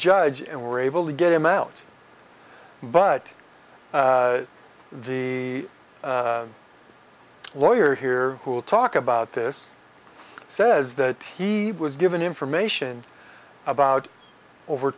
judge and were able to get him out but the lawyer here will talk about this says that he was given information about over